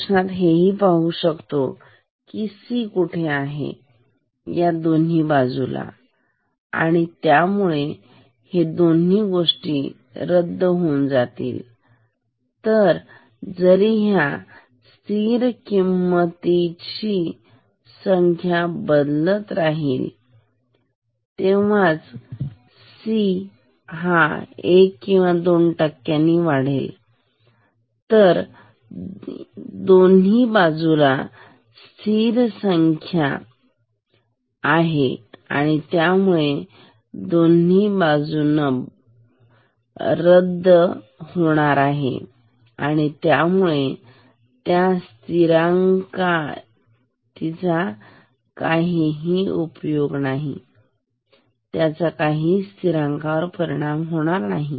प्रश्नात हेही पाहू शकता कि C कुठे आहे या दोन्ही बाजूला आणि त्यामुळे हे दोन्ही गोष्टी रद्द होऊन जातील तर जरी त्या स्थिर किंमत ची संख्या बदलत असेल तरीही C हा एक किंवा दोन टक्क्यांनी वाढला तर तो दोन्ही बाजूला बदलणार आहे आणि त्यामुळे दोन्ही बाजून बनतो रद्द होणार आहे आणि त्यामुळे त्या स्थिरांक तिचा काहीही परिणाम होणार नाही